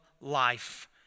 life